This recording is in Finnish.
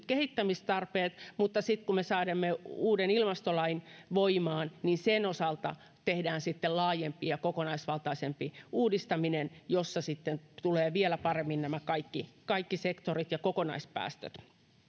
kehittämistarpeita sitten kun me saamme uuden ilmastolain voimaan niin sen osalta tehdään laajempi ja kokonaisvaltaisempi uudistaminen jossa tulevat vielä paremmin nämä kaikki kaikki sektorit ja kokonaispäästöt